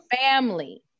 family